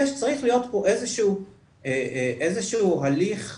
צריך להיות פה איזה שהוא הליך ביניים,